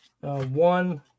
one